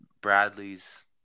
Bradley's